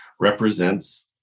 represents